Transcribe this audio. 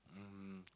um